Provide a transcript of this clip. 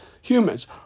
humans